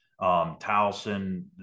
Towson